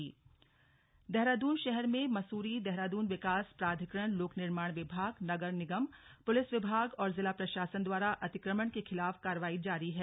अतिक्रमण कार्रवाई देहरादून शहर में मसूरी देहरादून विकास प्राधिकरण लोक निर्माण विभाग नगर निगम पुलिस विभाग और जिला प्रशासन द्वारा अतिक्रमण के खिलाफ कार्रवाई जारी है